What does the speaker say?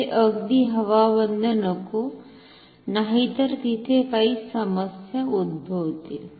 हे अगदी हवाबंद नको नाहीतर तिथे काही समस्या उद्भवतील